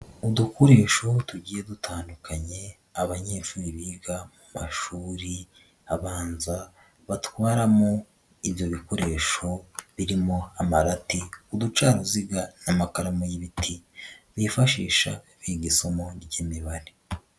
Udukoresho tugiye dutandukanye abanyeshuri biga mu mashuri abanza batwaramo ibyo bikoresho birimo amarati, uducaruziga, n'amakaramu y'ibiti, bifashisha biga isomo ry'imibare.